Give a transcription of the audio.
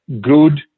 good